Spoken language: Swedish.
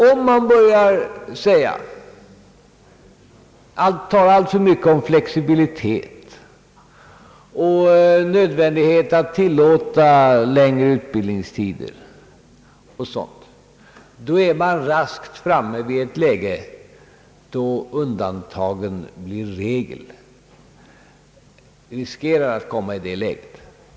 Om man alltför mycket börjar tala om flexibilitet och nödvändighet att tillåta längre utbildningstider och sådant, är man raskt framme vid ett läge då undantagen blir regel. Vi riskerar att komma i detta läge.